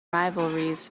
rivalries